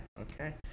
okay